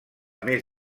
més